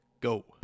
go